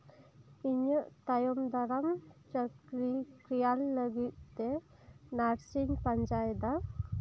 ᱤᱧᱟᱹᱜ ᱛᱟᱭᱚᱢ ᱫᱟᱨᱟᱢ ᱪᱟᱠᱨᱤ ᱛᱮᱭᱟᱨ ᱞᱟᱹᱜᱤᱫ ᱛᱮ ᱱᱟᱨᱥ ᱤᱧ ᱯᱟᱸᱡᱟᱭᱫᱟ